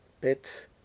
bit